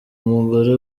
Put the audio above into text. umugore